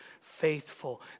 faithful